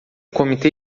comitê